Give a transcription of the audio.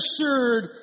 assured